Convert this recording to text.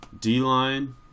D-line